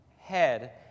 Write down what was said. Head